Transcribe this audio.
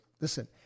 listen